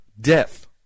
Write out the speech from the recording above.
death